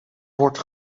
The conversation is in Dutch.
wordt